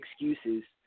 excuses